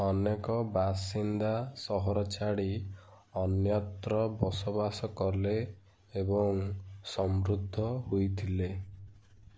ଅନେକ ବାସିନ୍ଦା ସହର ଛାଡ଼ି ଅନ୍ୟତ୍ର ବସବାସ କଲେ ଏବଂ ସମୃଦ୍ଧ ହୋଇଥିଲେ